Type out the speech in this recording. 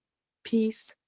peace,